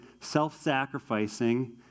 self-sacrificing